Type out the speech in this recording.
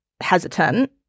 hesitant